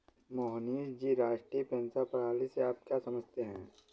मोहनीश जी, राष्ट्रीय पेंशन प्रणाली से आप क्या समझते है?